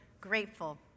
grateful